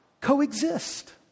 coexist